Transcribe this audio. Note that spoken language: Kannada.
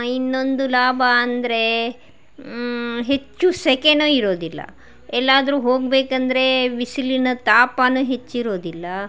ಇನ್ನೊಂದು ಲಾಭ ಅಂದರೆ ಹೆಚ್ಚು ಸೆಖೆನು ಇರೋದಿಲ್ಲ ಎಲ್ಲಾದರೂ ಹೋಗಬೇಕಂದ್ರೆ ಬಿಸಿಲಿನ ತಾಪನೂ ಹೆಚ್ಚಿರೋದಿಲ್ಲ